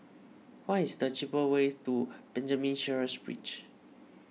what is the cheapest way to Benjamin Sheares Bridge